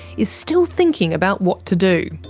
is still thinking about what to do.